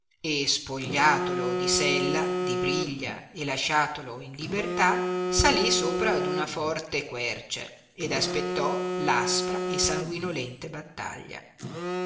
e spogliatolo di sella di briglia e lasciatolo in libertà salì sopra d una forte querce ed aspettò aspra e sanguinolente battaglia